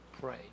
pray